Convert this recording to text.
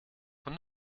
von